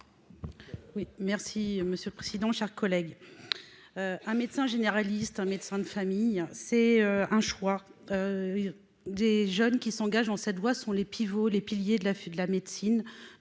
Oui merci monsieur le président, chers collègues, un médecin généraliste, un médecin de famille, c'est un choix des jeunes qui s'engagent dans cette voie sont les pivots, les piliers de la de